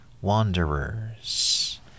Wanderers